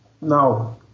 Now